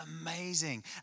amazing